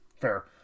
Fair